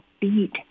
beat